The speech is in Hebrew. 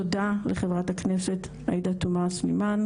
תודה לחברת הכנסת עאידה תומא סולמאן,